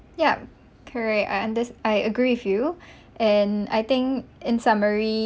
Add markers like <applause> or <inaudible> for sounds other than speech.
yup correct I underst~ I agree with you <breath> and I think in summary